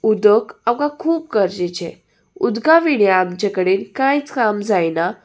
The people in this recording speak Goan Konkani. उदक आमकां खूब गरजेचें उदकां विणें आमचे कडेन कांयच काम जायना